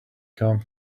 come